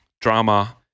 drama